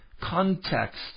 context